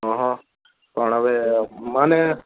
અહં પણ અવે મને